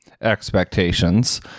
expectations